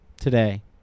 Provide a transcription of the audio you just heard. today